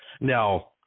Now